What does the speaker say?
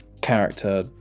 character